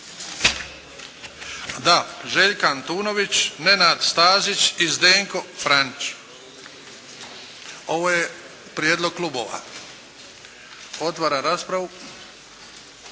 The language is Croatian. Da, Željka Antunović, Nenad Stazić i Zdenko Franić. Ovo je prijedlog klubova. Otvaram raspravu.